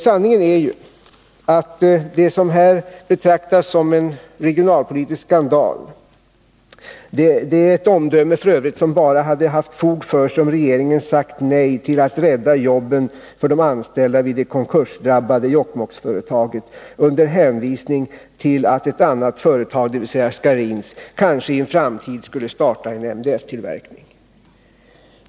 Sanningen är ju att omdömet att det rör sig om en regionalpolitisk skandal bara hade haft fog för sig om regeringen sagt nej till att rädda jobben för de anställda vid det konkursdrabbade Jokkmokksföretaget under hävisning till att ett annat företag, dvs. Scharins, kanske i en framtid skulle starta en MDF-tillverkning.